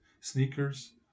sneakers